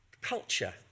culture